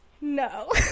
No